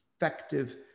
effective